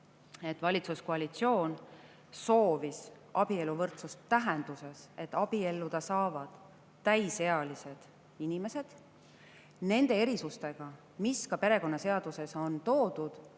Valitsuskoalitsioon soovis abieluvõrdsust tähenduses, et abielluda saavad täisealised inimesed nende erisustega, mis ka perekonnaseaduses on toodud.